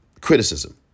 criticism